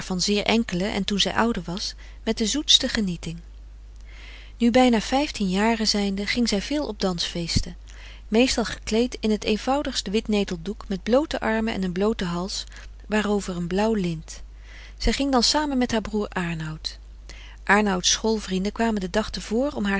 zeer enkelen en toen zij ouder was met de zoetste genieting nu bijna vijftien jaren zijnde ging zij veel op dansfeesten meestal gekleed in t eenvoudigst wit neteldoek met bloote armen en een blooten hals waarover een blauw lint zij ging dan samen met haar broer aernout aernouts schoolvrienden kwamen den dag te voren om haar